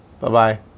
Bye-bye